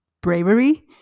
bravery